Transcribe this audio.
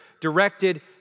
directed